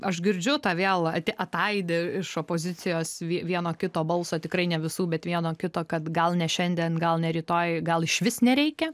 aš girdžiu tą vėl ataidi iš opozicijos vie vieno kito balso tikrai ne visų bet vieno kito kad gal ne šiandien gal ne rytoj gal išvis nereikia